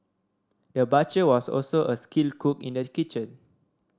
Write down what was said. the butcher was also a skilled cook in the kitchen